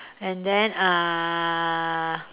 and then uh